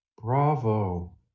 Bravo